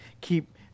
keep